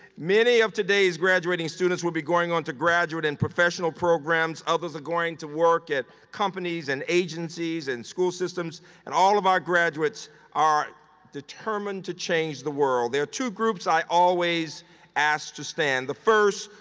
many of today's graduating students will be going on to graduate and professional programs. others are going to work at companies and agencies and school systems. and all of our graduates are determined to change the world. there are two groups i always ask to stand. the first,